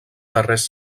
darrers